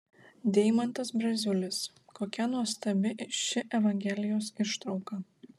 deimantas braziulis kokia nuostabi ši evangelijos ištrauka